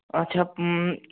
اَچھا